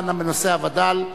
הדנה בנושא הווד"ל.